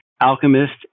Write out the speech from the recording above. Alchemist